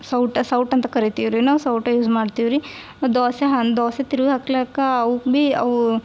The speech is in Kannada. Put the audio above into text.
ಸೌಟು ಸೌಟು ಅಂತ ಕರಿತೀವಿ ರೀ ನಾವು ಸೌಟು ಯೂಸ್ ಮಾಡ್ತೇವೆ ರೀ ದೋಸೆ ಹನ್ ದೋಸೆ ತಿರ್ವಿ ಹಾಕ್ಲಿಕ್ಕ ಅವ್ಕೆ ಭೀ ಅವು